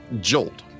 jolt